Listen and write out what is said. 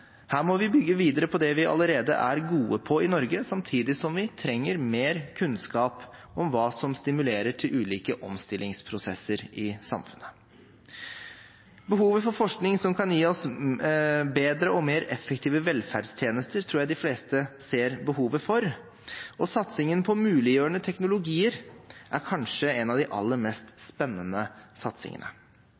Her må vi bygge videre på det vi allerede er gode på i Norge, samtidig som vi trenger mer kunnskap om hva som stimulerer til ulike omstillingsprosesser i samfunnet. Behovet for forskning som kan gi oss bedre og mer effektive velferdstjenester, tror jeg de fleste ser, og satsingen på muliggjørende teknologier er kanskje en av de aller mest spennende satsingene.